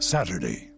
Saturday